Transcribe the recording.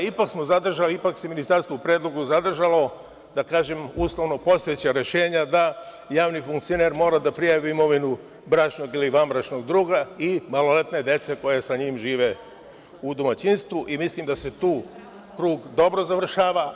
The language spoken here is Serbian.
Ipak smo zadržali, ipak je Ministarstvo u predlogu zadržalo, da kažem uslovno postojeća rešenja, da javni funkcioner mora da prijavi imovinu bračnog ili vanbračnog druga i maloletne dece koja sa njim žive u domaćinstvu i mislim da se tu krug dobro završava.